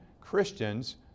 Christians